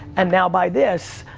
and now buy this.